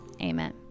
Amen